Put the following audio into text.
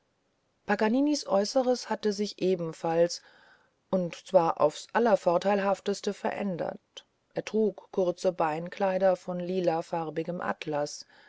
paganinis äußeres hatte sich ebenfalls und zwar aufs allervorteilhafteste verändert er trug kurze beinkleider von lilafarbigem atlas